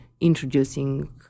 introducing